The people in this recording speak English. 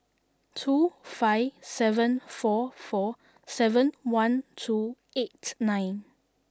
two five seven four four seven one two eight nine